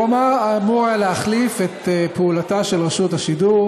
הוא אמור היה להחליף את פעולתה של רשות השידור,